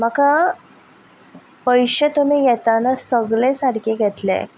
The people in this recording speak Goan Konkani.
म्हाका पयशे तुमी घेतना सगळे सारके घेतले